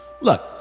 look